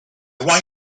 want